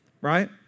Right